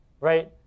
right